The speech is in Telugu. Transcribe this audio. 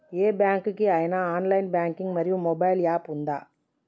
ఏ బ్యాంక్ కి ఐనా ఆన్ లైన్ బ్యాంకింగ్ మరియు మొబైల్ యాప్ ఉందా?